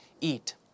Eat